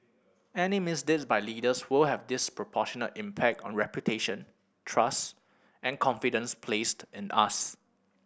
any misdeeds by leaders will have disproportionate impact on reputation trust and confidence placed in us